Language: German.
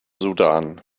sudan